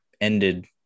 ended